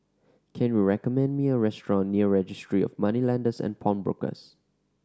can you recommend me a restaurant near Registry of Moneylenders and Pawnbrokers